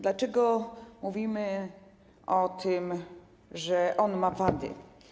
Dlaczego mówimy o tym, że on ma wady?